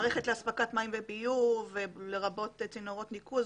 מערכת להספקת מים וביוב לרבות צינורות ניקוז,